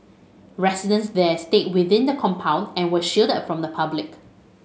residents there stayed within the compound and were shielded from the public